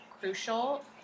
crucial